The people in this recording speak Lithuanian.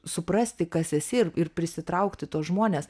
suprasti kas esi ir ir prisitraukti tuos žmones